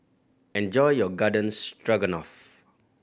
enjoy your Garden Stroganoff